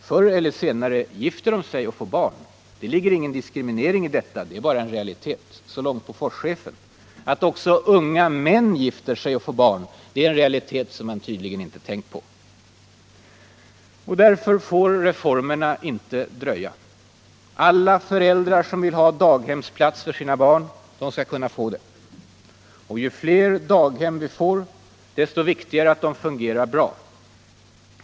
Förr eller senare gifter de sig och får barn. Det ligger ingen diskriminering i detta, det är bara en realitet.” Att också unga män gifter sig och får barn är en realitet som han tydligen inte tänkt på. Därför får reformerna inte dröja. Alla föräldrar som vill ha daghemsplats för sina barn skall kunna få det. Och ju fler daghem vi får, desto viktigare att de fungerar bra.